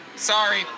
Sorry